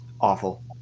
Awful